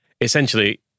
essentially